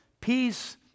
peace